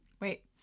Wait